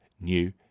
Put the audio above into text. new